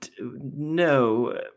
No